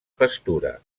pastura